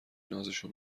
نازشو